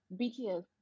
BTS